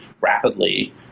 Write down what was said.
rapidly